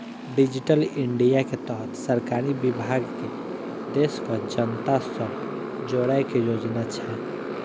digital India के तहत सरकारी विभाग कें देशक जनता सं जोड़ै के योजना छै